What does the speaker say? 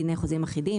דיני חוזים אחידים,